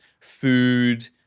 food